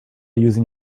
using